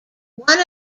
one